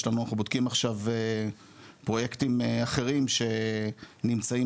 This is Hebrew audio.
אנחנו בודקים עכשיו פרויקטים אחרים שנמצאים